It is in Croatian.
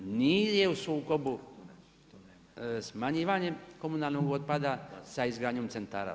Nije u sukobu smanjivanje komunalnog otpada sa izgradnjom centara.